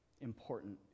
important